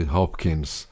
Hopkins